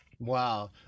Wow